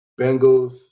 Bengals